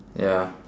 ya